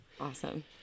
Awesome